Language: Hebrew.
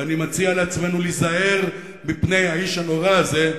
ואני מציע לעצמנו להיזהר מפני האיש הנורא הזה.